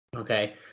Okay